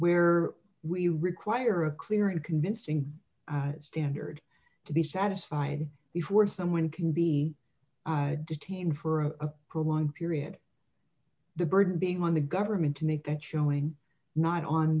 where we require a clear and convincing standard to be satisfied before someone can be detained for a prolonged period the burden being on the government to make that showing not on